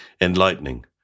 enlightening